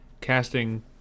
casting –